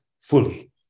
fully